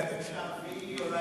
אבל הם צופים שברבעון הרביעי אולי,